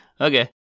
Okay